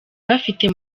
bafite